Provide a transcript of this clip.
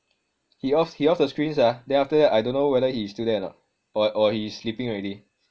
he off he off the screen sia then after that I don't know whether he still there or not or or he sleeping already